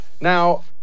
Now